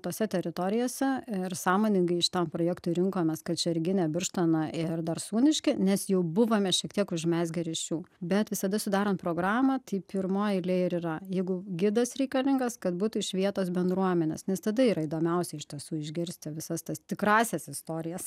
tose teritorijose ir sąmoningai šitam projektui rinkomės kačerginę birštoną ir darsūniškį nes jau buvome šiek tiek užmezgę ryšių bet visada sudarant programą tai pirmoj eilėj ir yra jeigu gidas reikalingas kad būtų iš vietos bendruomenės nes tada yra įdomiausia iš tiesų išgirsti visas tas tikrąsias istorijas